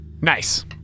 Nice